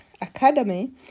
Academy